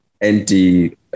anti